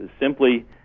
Simply